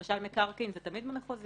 למשל מקרקעין, זה תמיד במחוזי.